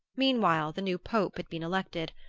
meanwhile the new pope had been elected,